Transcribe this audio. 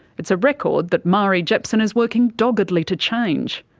it's a record that marie jepson is working doggedly to change.